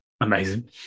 Amazing